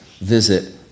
visit